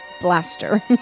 Blaster